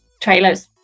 trailers